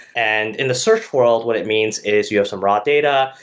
and in the search world, what it means is you have some raw data,